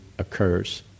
occurs